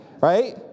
right